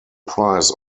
price